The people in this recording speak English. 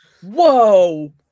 Whoa